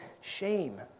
shame